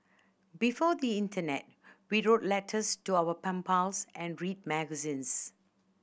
before the internet we wrote letters to our pen pals and read magazines